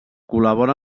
col·labora